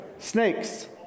Snakes